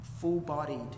full-bodied